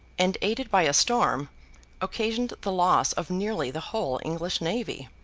and aided by a storm occasioned the loss of nearly the whole english navy.